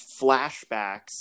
flashbacks